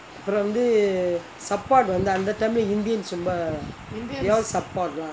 அப்ரோ வந்து:apro vanthu support வந்து அந்த:vanthu antha time லே:lae indians ரொம்ப:romba they all support lah